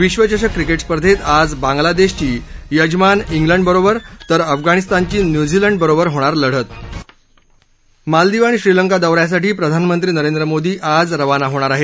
विश्वचषक क्रिकेट स्पर्धेत आज बांग्लादेशची यजमान क्लिड बरोबर तर अफगाणिस्तानची न्युझीलंड बरोबर होणार लढत मालदिव आणि श्रीलंका दौऱ्यासाठी प्रधानमंत्री नरेंद्र मोदी आज रवाना होणार आहेत